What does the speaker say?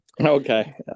okay